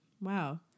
Wow